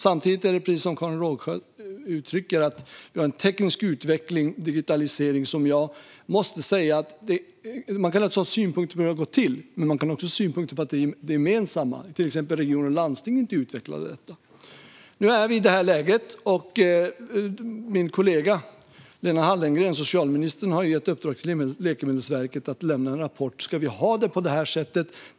Samtidigt har vi, precis som Karin Rågsjö uttrycker, en teknisk utveckling och digitalisering. Man kan ha synpunkter på hur detta har gått till, men man kan också ha synpunkter på att det gemensamma, det vill säga regioner och landsting, inte har utvecklat detta. Nu är vi i detta läge. Min kollega Lena Hallengren, socialministern, har gett Läkemedelsverket i uppdrag att lämna en rapport om vi ska ha det på detta sätt.